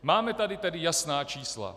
Máme tady tedy jasná čísla.